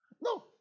no